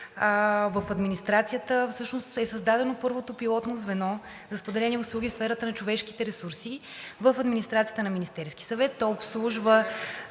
в администрацията, всъщност е създадено първото пилотно звено за споделени услуги в сферата на човешките ресурси в администрацията на Министерския съвет. То обслужва